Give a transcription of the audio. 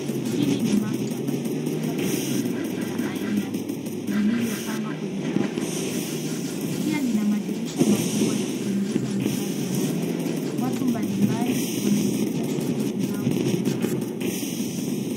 Hili ni maktaba. Lina vitabu vingi vya kila aina vilivyopangwa kwenye rafu vyema. Pia lina madirisha makubwa ya kuingiza mwangaza ndani. Watu mbali mbali wanaendeleza shughuli zao kwenye maktaba hili.